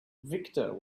victor